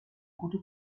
gute